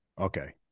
Okay